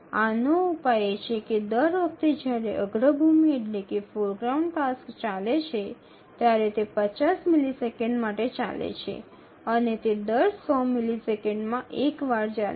આનો ઉપાય એ છે કે દર વખતે જ્યારે અગ્રભૂમિ ટાસ્ક ચાલે છે ત્યારે તે ૫0 મિલિસેકંડ માટે ચાલે છે અને તે દર ૧00 મિલિસેકંડમાં એકવાર ચાલે છે